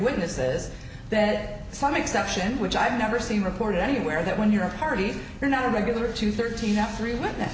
witnesses that some exception which i've never seen reported anywhere that when you're a party you're not a regular to thirteen f three w